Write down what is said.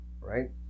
right